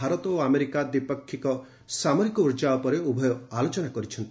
ଭାରତ ଓ ଆମେରିକା ଦ୍ୱିପାକ୍ଷିକ ସାମରିକ ଉର୍ଜା ଉପରେ ଉଭୟ ଆଲୋଚନା କରିଛନ୍ତି